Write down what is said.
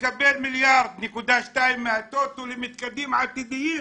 מקבל 1.2 מיליארד מהטוטו למתקנים עתידיים,